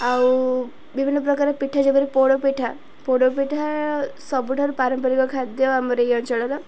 ଆଉ ବିଭିନ୍ନ ପ୍ରକାର ପିଠା ଯେପରି ପୋଡ଼ପିଠା ପୋଡ଼ପିଠା ସବୁଠାରୁ ପାରମ୍ପରିକ ଖାଦ୍ୟ ଆମର ଏଇ ଅଞ୍ଚଳର